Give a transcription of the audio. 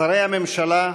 שרי הממשלה,